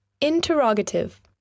Interrogative